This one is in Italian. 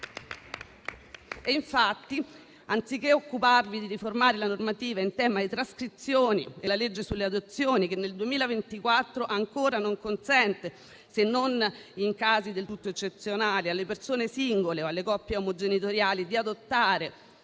Infatti, anziché occuparvi di riformare la normativa in tema di trascrizioni e la legge sulle adozioni, che nel 2024 ancora non consente, se non in casi del tutto eccezionali, alle persone singole o alle coppie omogenitoriali di adottare